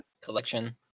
collection